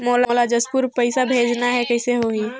मोला जशपुर पइसा भेजना हैं, कइसे होही?